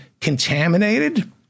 contaminated